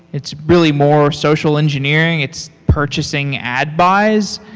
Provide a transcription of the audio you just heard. it's really more social engineering. it's purchasing ad buys,